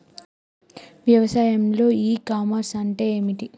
వ్యవసాయంలో e commerce అంటే ఏమిటి?